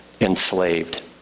enslaved